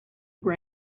ground